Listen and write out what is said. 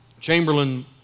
Chamberlain